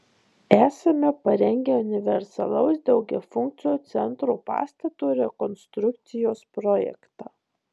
esame parengę universalaus daugiafunkcio centro pastato rekonstrukcijos projektą